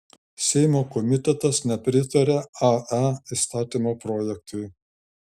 seimo komitetas nepritarė ae įstatymo projektui